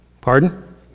Pardon